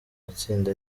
matsinda